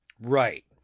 right